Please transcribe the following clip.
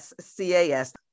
C-A-S